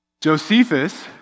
Josephus